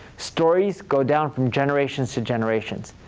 stories go down from generations to generations.